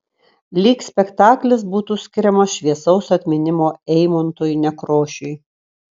lyg spektaklis būtų skiriamas šviesaus atminimo eimuntui nekrošiui